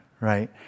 right